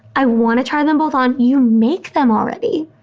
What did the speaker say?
i want to try them both on. you make them already.